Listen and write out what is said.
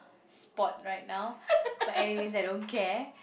spot right now but anyways I don't care